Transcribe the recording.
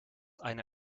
einer